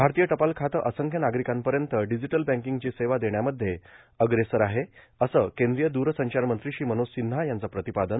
भारतीय टपाल खातं असंख्य नागरिकांपर्यंत डिजिटल बँकिंगची सेवा देण्यामध्ये अग्रेसर आहे असं केंद्रीय दूरसंचार मंत्री श्री मनोज सिन्हा यांचं प्रतिपादन